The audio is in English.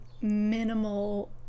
minimal